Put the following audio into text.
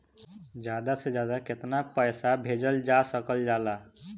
ज्यादा से ज्यादा केताना पैसा भेजल जा सकल जाला?